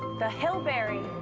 the hilberry.